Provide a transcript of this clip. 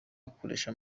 akoresha